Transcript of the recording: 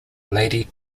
lady